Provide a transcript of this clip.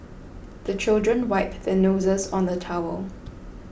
the children wipe their noses on the towel